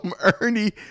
Ernie